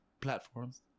platforms